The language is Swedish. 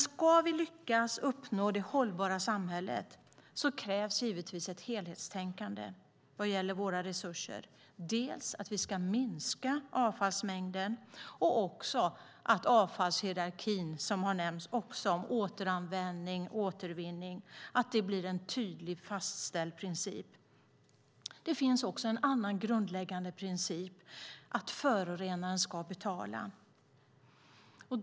Ska vi lyckas uppnå det hållbara samhället krävs givetvis ett helhetstänkande vad gäller våra resurser, dels att vi ska minska avfallsmängden, dels att avfallshierarkin gällande återanvändning och återvinning blir en tydlig fastställd princip. Det finns vidare en annan grundläggande princip, och det är att förorenaren ska betala.